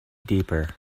deeper